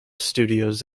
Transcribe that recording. studios